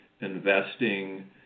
investing